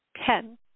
Ten